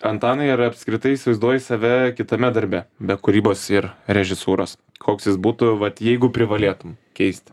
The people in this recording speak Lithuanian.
antanai ar apskritai įsivaizduoji save kitame darbe be kūrybos ir režisūros koks jis būtų vat jeigu privalėtum keist